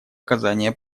оказание